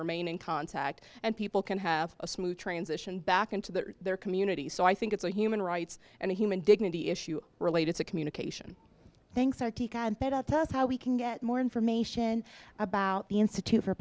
remain in contact and people can have a smooth transition back their into their community so i think it's a human rights and human dignity issue related to communication thanks that's how we can get more information about the institute for